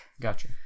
Gotcha